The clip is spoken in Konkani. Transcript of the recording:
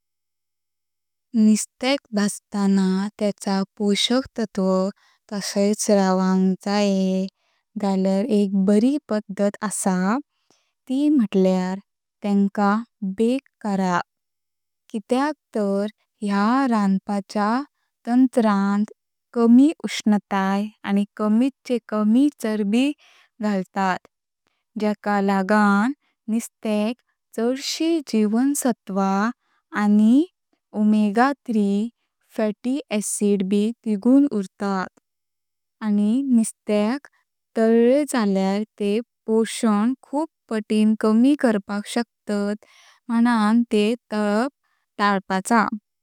निस्त्याक भाजताना तेचा पोषक तत्व तसेच रवंक जायें जाल्यार एक बरी पद्धत असा त म्हटल्यार तेंका बाके कराप, कित्याक तऱ ह्या रंधपाच्या तंत्रांत कमी उष्णताय आनी कमीचें कमी चरबी घालतत, जेका लगण निस्त्याक चडशी जीवसत्व आनी ओमेगा तीन फैटी अॅसिड ब तिगुण उरतत, आनी निस्त्याक तल्लें जाल्यार तेह पोषण खुब पडिन कमी करपाक शकतात म्हणून तेह तलाप तालचें।